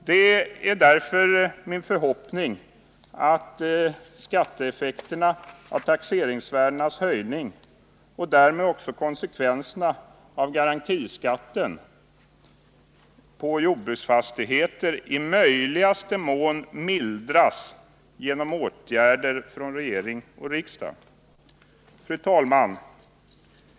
Det är därför min förhoppning att skatteeffekterna av taxeringsvärdenas höjning och därmed också konsekvenserna av garantiskatten på jordbruksfastigheter i möjligaste mån mildras genom åtgärder från regering och riksdag. Fru talman!